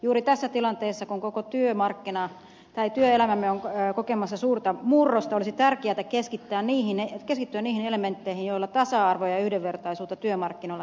juuri tässä tilanteessa kun koko työelämämme on kokemassa suurta murrosta olisi tärkeätä keskittyä niihin elementteihin joilla tasa arvoa ja yhdenvertaisuutta työmarkkinoilla edistetään